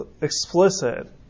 explicit